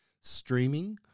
streaming